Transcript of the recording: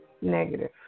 negative